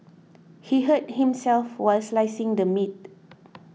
he hurt himself while slicing the meat